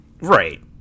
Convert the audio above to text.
Right